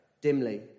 dimly